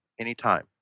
anytime